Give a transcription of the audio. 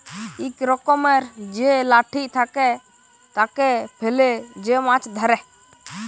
ইক রকমের যে লাঠি থাকে, তাকে ফেলে যে মাছ ধ্যরে